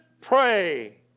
pray